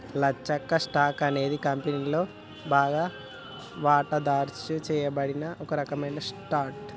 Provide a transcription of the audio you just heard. లచ్చక్క, stock అనేది కంపెనీలోని బాగా వాటాదారుచే చేయబడిన ఒక రకమైన స్టాక్